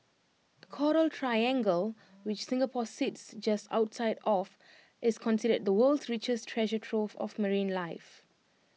the Coral triangle which Singapore sits just outside of is considered the world's richest treasure trove of marine life